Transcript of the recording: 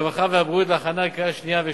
הרווחה והבריאות להכנה לקריאה שנייה ושלישית.